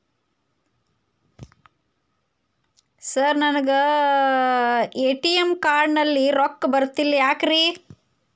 Sir ನನಗೆ ATM card ನಲ್ಲಿ ರೊಕ್ಕ ಬರತಿಲ್ಲ ಯಾಕ್ರೇ?